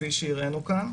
כפי שהראנו כאן.